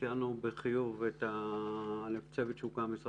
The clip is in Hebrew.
ציינו לחיוב את הצוות שהוקם במשרד